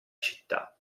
città